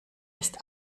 ist